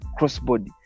crossbody